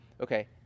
Okay